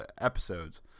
episodes